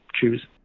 choose